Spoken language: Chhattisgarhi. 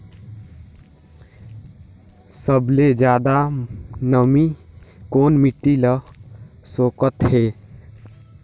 सबले ज्यादा नमी कोन मिट्टी ल सोखत हे?